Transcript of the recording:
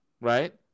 Right